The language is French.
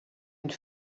une